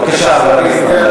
בבקשה, חבר הכנסת.